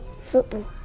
football